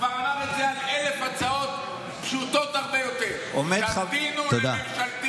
הוא כבר אמר את זה על אלף הצעות פשוטות הרבה יותר: תמתינו לממשלתית,